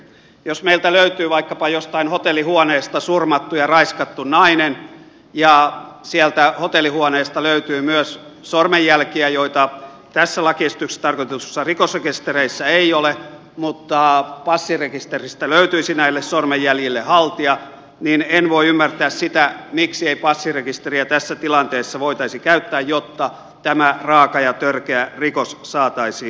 jos meiltä löytyy vaikkapa jostain hotellihuoneesta surmattu ja raiskattu nainen ja sieltä hotellihuoneesta löytyy myös sormenjälkiä joita tässä lakiesityksessä tarkoitetuissa rikosrekistereissä ei ole mutta joiden haltija löytyisi passirekisteristä niin en voi ymmärtää sitä miksi ei passirekisteriä tässä tilanteessa voitaisi käyttää jotta tämä raaka ja törkeä rikos saataisiin selvitettyä